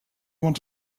want